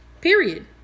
period